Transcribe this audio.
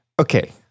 Okay